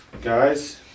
guys